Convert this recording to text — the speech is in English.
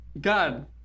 God